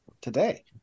today